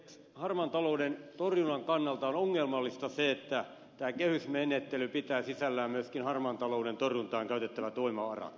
harmaan talouden torjunnan kannalta on ongelmallista se että tämä kehysmenettely pitää sisällään myöskin harmaan talouden torjuntaan käytettävät voimavarat